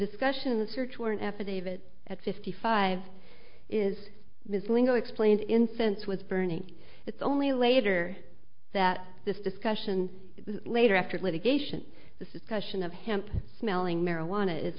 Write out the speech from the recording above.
discussion in the search warrant affidavit at fifty five is ms lingo explained in fence was burning it's only later that this discussion later after litigation this is caution of hemp smelling marijuana is